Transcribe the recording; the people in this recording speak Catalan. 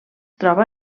troba